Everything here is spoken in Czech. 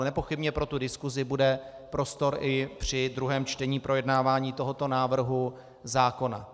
Nepochybně pro diskusi bude prostor i při druhém čtení projednávání tohoto návrhu zákona.